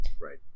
Right